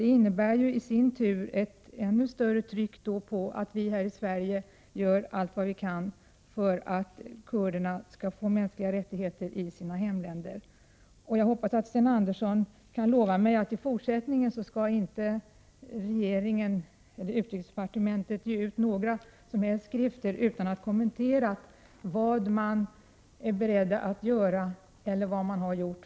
Det innebär i sin tur ett ännu större tryck på att vi i Sverige gör allt vad vi kan för att kurderna skall få mänskliga rättigheter i sina hemländer. Jag hoppas att Sten Andersson kan lova att utrikesdepartemen tet i fortsättningen inte skall ge ut några som helst skrifter utan att Prot. 1988/89:83 kommentera vad man är beredd att göra eller har gjort för kurderna.